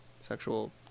sexual